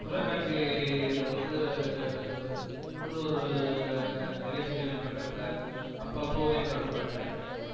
தொலைக்காட்சியில் வந்து உள்ளூர் நிகழ்ச்சிகள் நடக்கிறத அப்பப்போ ஒளிபரப்புகிறாங்க